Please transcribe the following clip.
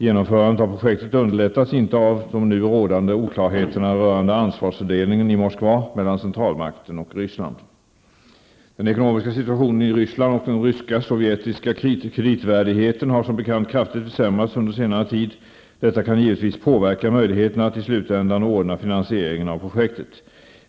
Genomförandet av projektet underlättas inte av de nu rådande oklarheterna rörande ansvarsfördelningen i Moskva mellan centralmakten och Ryssland. Den ekonomiska situationen i Ryssland och den ryska/sovjetiska kreditvärdigheten har som bekant kraftigt försämrats under senare tid. Detta kan givetvis påverka möjligheterna att i slutändan ordna finansieringen av projektet.